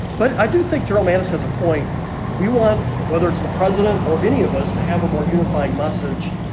but i do think general mattis has a point we want, whether it's the president or any of us to have a more unifying message.